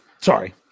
sorry